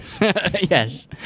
Yes